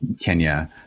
Kenya